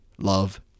love